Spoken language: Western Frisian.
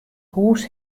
hûs